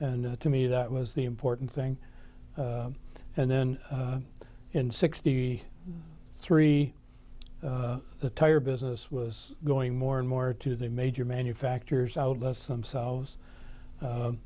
and to me that was the important thing and then in sixty three the tire business was going more and more to the major manufacturers outlets themselves